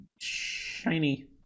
shiny